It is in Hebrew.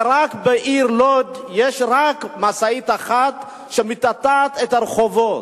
בעיר לוד יש רק משאית אחת שמטאטאת את הרחובות.